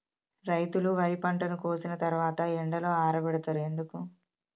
రైతులు వరి పంటను కోసిన తర్వాత ఎండలో ఆరబెడుతరు ఎందుకు?